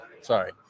Sorry